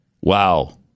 Wow